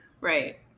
Right